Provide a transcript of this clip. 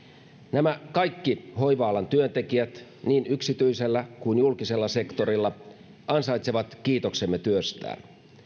nämä kaikki hoiva alan työntekijät niin yksityisellä kuin julkisella sektorilla ansaitsevat kiitoksemme työstään